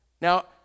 Now